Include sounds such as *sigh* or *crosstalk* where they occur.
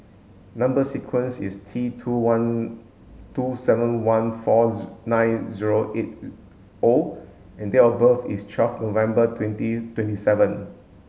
number sequence is T two seven one four *unintelligible* nine zero eight O and date of birth is twelfth November twenty twenty seven